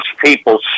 people